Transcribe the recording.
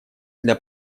для